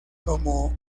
como